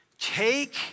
take